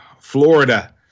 Florida